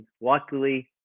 Luckily